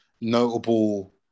notable